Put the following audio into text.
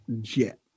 jet